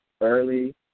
early